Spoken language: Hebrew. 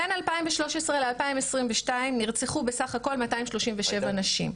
בין 2013 ל-2022 נרצחו בסך הכל 237 נשים.